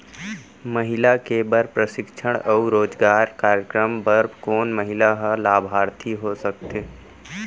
महिला के बर प्रशिक्षण अऊ रोजगार कार्यक्रम बर कोन महिला ह लाभार्थी हो सकथे?